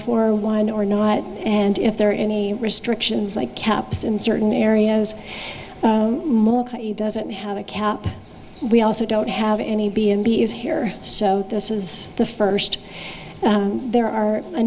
for one or not and if there are any restrictions like caps in certain areas doesn't have a cap we also don't have any b and b is here so this is the first there are a